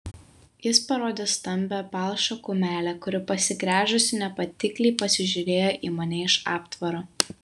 jis parodė stambią palšą kumelę kuri pasigręžusi nepatikliai pasižiūrėjo į mane iš aptvaro